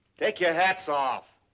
take your hats off!